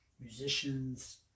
musicians